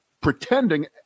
Pretending